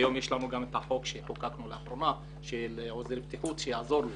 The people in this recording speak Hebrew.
יש את החוק שחוקקנו לאחרונה של עוזר בטיחות שיעזור לו